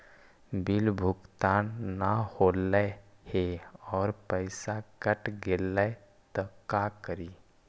Bill भुगतान न हौले हे और पैसा कट गेलै त का करि?